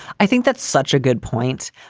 i think that's such a good point.